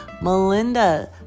melinda